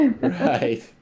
Right